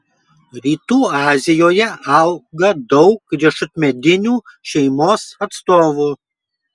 rytų azijoje auga daug riešutmedinių šeimos atstovų